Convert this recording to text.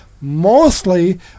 Mostly